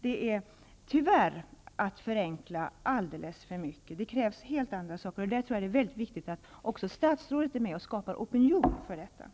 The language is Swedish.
Det är tyvärr att förenkla alldeles för mycket. Det krävs helt andra saker. Jag tror att det är mycket viktigt att också statsrådet är med och skapar opinion för detta.